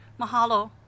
mahalo